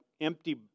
empty